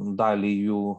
dalį jų